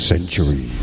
century